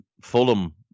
Fulham